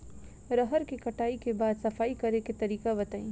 रहर के कटाई के बाद सफाई करेके तरीका बताइ?